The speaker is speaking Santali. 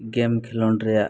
ᱠᱷᱮᱞᱳᱰ ᱨᱮᱭᱟᱜ